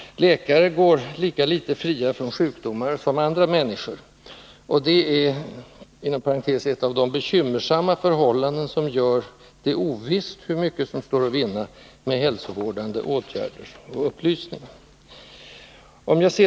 Läkare går lika litet som andra människor fria från sjukdomar, och det är inom parentes ett av de bekymmersamma förhållanden som gör det ovisst hur mycket som står att vinna med hälsovårdande åtgärder och upplysning.